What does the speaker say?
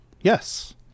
Yes